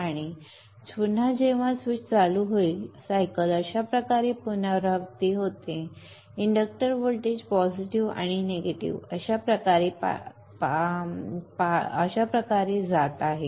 आणि पुन्हा जेव्हा स्विच चालू होईल सायकल अशा प्रकारे पुनरावृत्ती होते इंडक्टर व्होल्टेज पॉझिटिव्ह आणि निगेटिव्ह अशा प्रकारे जात आहे